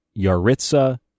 Yaritsa